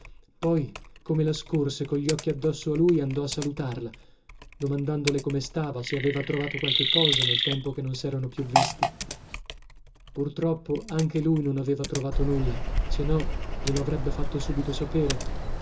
poi come la scorse cogli occhi addosso a lui andò a salutarla domandandole come stava se aveva trovato qualche cosa nel tempo che non serano più visti pur troppo anche lui non aveva trovato nulla se no glielo avrebbe fatto subito sapere